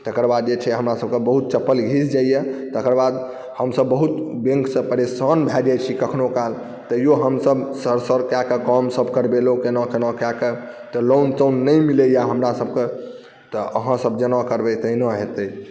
तकर बाद जे छै हमरासबके बहुत चप्पल घिस जाइए तकर बाद हमसब बहुत बैंकसँ परेशान भऽ जाइ छी कखनो काल तैओ हमसब सर सर कऽ कऽ कामसब करबेलहुँ कोना कोना कऽ कऽ तऽ लोन तोन नहि मिलैए हमरासबके तऽ अहाँसब जेना करबै तहिना हेतै